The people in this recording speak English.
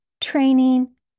training